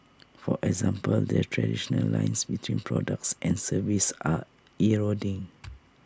for example the traditional lines between products and services are eroding